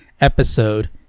episode